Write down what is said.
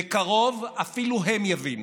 בקרוב אפילו הם יבינו.